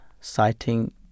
citing